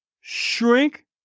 Shrink